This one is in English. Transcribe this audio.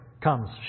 comes